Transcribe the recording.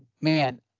Man